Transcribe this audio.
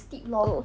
oh